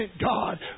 God